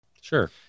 Sure